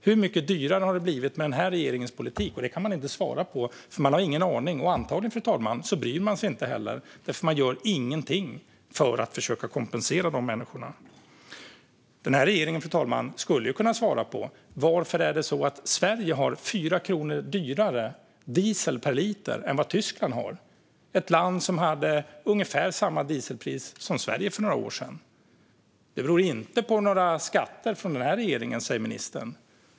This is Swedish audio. Hur mycket dyrare har det blivit med den här regeringens politik? Det kan man inte svara på, för man har ingen aning. Antagligen bryr man sig inte heller, fru talman. Man gör ju ingenting för att försöka kompensera de människorna. Den här regeringen skulle kunna svara på varför dieseln är 4 kronor dyrare per liter i Sverige jämfört med i Tyskland, som är ett land som för några år sedan hade ungefär samma dieselpris som Sverige. Det beror inte på några skatter från den här regeringen, säger ministern.